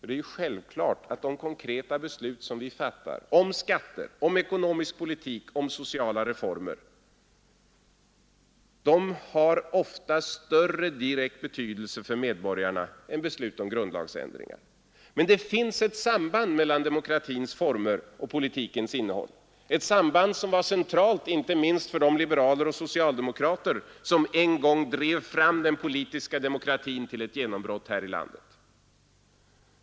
Det är ju självklart att de konkreta beslut som vi fattar om skatter, ekonomisk politik och sociala reformer ofta har större direkt betydelse för medborgarna än beslut om grundlagsändringar. Men det finns ett samband mellan demokratins former och politikens innehåll; ett samband som var centralt inte minst för de liberaler och socialdemokrater som en gång drev fram den politiska demokratin här i landet.